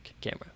camera